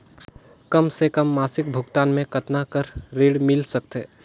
कम से कम मासिक भुगतान मे कतना कर ऋण मिल सकथे?